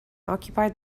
occupied